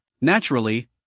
naturally